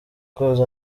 koza